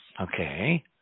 Okay